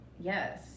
yes